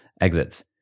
exits